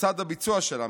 ומוסד הביצוע שלה,